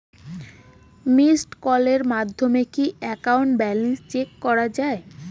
Missed কলের মাধ্যমে কি একাউন্ট ব্যালেন্স চেক করা যায়?